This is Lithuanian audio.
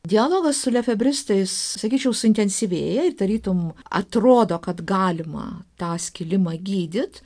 dialogas su lefebristais sakyčiau suintensyvėja ir tarytum atrodo kad galima tą skilimą gydyt